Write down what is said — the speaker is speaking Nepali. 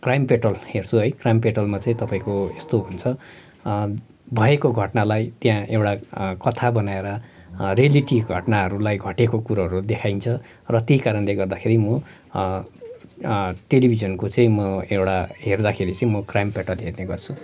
क्राइम पेट्रोल हेर्छु है क्राइम पेट्रोलमा चाहिँ तपाईँको यस्तो हुन्छ भएकै घटनालाई त्यहाँ एउटा कथा बनाएर रियालिटी घटनाहरूलाई घटेको कुरोहरू देखाइन्छ र त्यही कारणले गर्दाखेरि म टेलिभिजनको चाहिँ म एउटा हेर्दाखेरि चाहिँ क्राइम पेट्रोल हेर्ने गर्छु